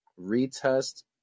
retest